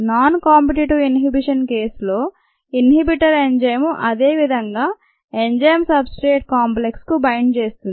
non competitive inhibition case లో inhibitor enzyme అదేవిధంగా enzyme substrate complex కు bind చేస్తుంది